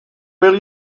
will